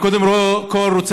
קודם כול,